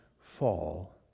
fall